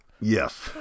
yes